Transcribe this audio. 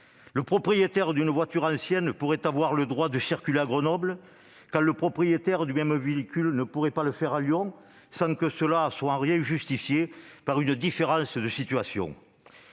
le propriétaire d'une voiture ancienne puisse avoir le droit de circuler à Grenoble quand le propriétaire du même véhicule ne pourrait pas le faire à Lyon, sans aucune différence de situation